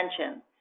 attention